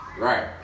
Right